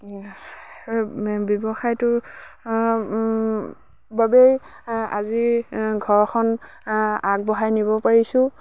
ব্যৱসায়টোৰ বাবেই আজি ঘৰখন আগবঢ়াই নিব পাৰিছোঁ